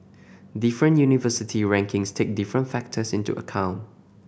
different university rankings take different factors into account